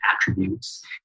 attributes